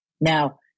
now